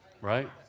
Right